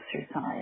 Exercise